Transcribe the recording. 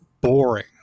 boring